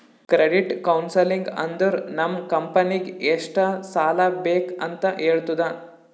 credit counselling ಅಂದುರ್ ನಮ್ ಕಂಪನಿಗ್ ಎಷ್ಟ ಸಾಲಾ ಬೇಕ್ ಅಂತ್ ಹೇಳ್ತುದ